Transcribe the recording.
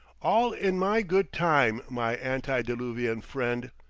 all in my good time, my antediluvian friend.